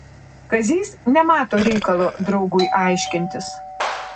kazys nemato reikalo draugui aiškintis